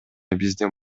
биздин